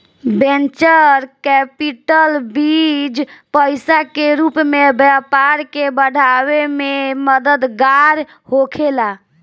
venture capital बीज पईसा के रूप में व्यापार के बढ़ावे में मददगार होखेला